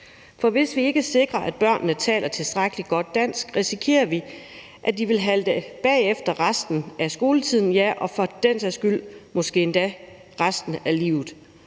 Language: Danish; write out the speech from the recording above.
For hvis vi ikke sikrer, at børnene taler tilstrækkelig godt dansk, risikerer vi, at de vil halte bagefter resten af skoletiden og for den sags skyld måske endda også resten af livet,